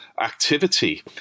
activity